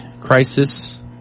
crisis